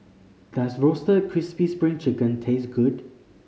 does Roasted Crispy Spring Chicken taste good